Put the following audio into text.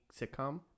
sitcom